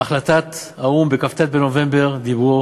בהחלטת האו"ם בכ"ט בנובמבר דיברו